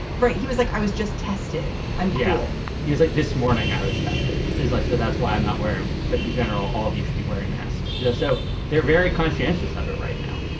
right he was like i was just tested i'm d l. he was like this morning. i was tested. is i. so that's why i'm not wearing one. but in general, all of you should be wearing masks. yeah so they're very conscientious of it right now.